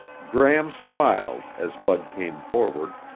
gram smiled as bud came forward,